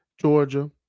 Georgia